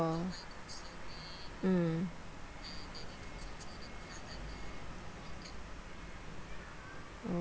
mm mm